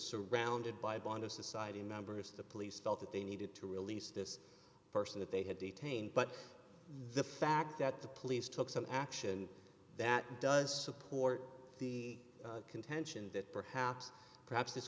surrounded by a bond of society members of the police felt that they needed to release this person that they had detained but the fact that the police took some action that does support the contention that perhaps perhaps this